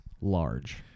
large